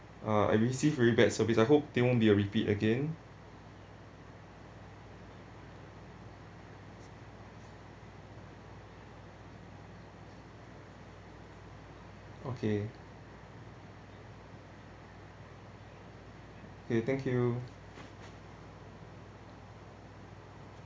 uh I received really bad service I hope they won't be a repeat again okay okay thank you